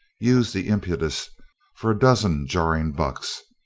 used the impetus for a dozen jarring bucks,